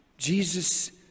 Jesus